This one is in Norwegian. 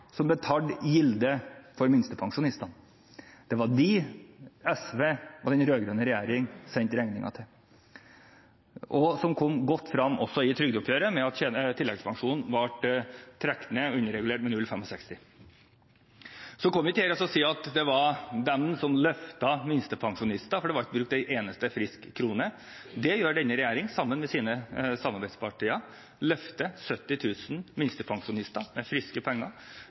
som betalte gildet for minstepensjonistene. Det var dem SV og den rød-grønne regjeringen sendte regningen til. Det kom også godt frem i trygdeoppgjøret, ved at tilleggspensjonen ble trukket ned og underregulert med 0,65 pst. Så kom ikke her og si at det var de som løftet minstepensjonistene, for det ble ikke brukt en eneste frisk krone. Det gjør denne regjeringen sammen med sine samarbeidspartier – løfter 70 000 minstepensjonister som lever enslig, med friske penger.